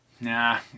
Nah